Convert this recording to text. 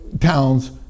towns